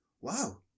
Wow